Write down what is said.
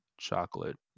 Chocolate